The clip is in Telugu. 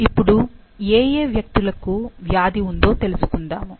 ఇప్పుడు ఏఏ వ్యక్తులకు వ్యాధి ఉందో తెలుసుకుందాము